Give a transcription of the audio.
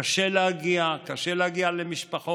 קשה להגיע למשפחות,